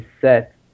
set